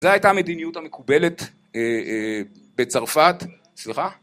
זו הייתה המדיניות המקובלת בצרפת סליחה